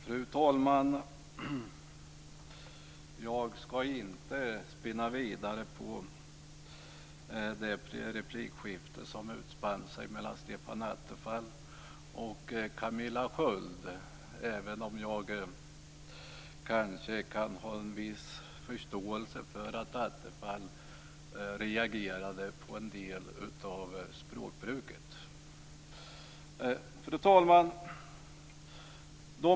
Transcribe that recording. Fru talman! Jag ska inte spinna vidare på det replikskifte som utspann sig mellan Stefan Attefall och Camilla Sköld, även om jag kanske kan ha en viss förståelse för att Attefall reagerade på en del av språkbruket. Fru talman!